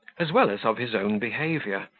as well as of his own behaviour,